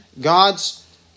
God's